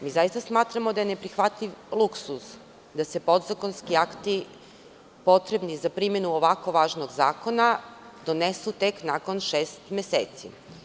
Mi zaista smatramo da je neprihvatljiv luksuz da se podzakonski akti, potrebni za primenu ovako važnog zakona, donesu tek nakon šest meseci.